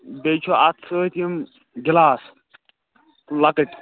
بیٚیہِ چھُ اَتھ سۭتۍ یِم گِلاس لۄکٕٹۍ